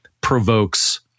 provokes